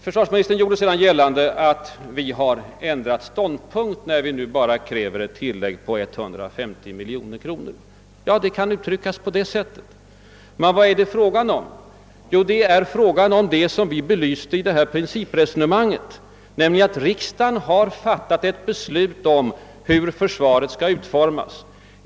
Försvarsministern gjorde vidare gällande att vi inom moderata samlingspartiet har ändrat ståndpunkt, när vi nu bara kräver ett tillägg på 150 miljoner kronor. Ja, saken kan uttryckas på det sättet. Men vad är det fråga om? Jo, det är fråga om det som jag nyss belyst i principresonemanget om oppositionens svårigheter att planera, nämligen att riksdagen nu har fattat sitt beslut om hur försvaret skall utformas under fyra år.